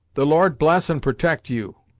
the lord bless and protect you!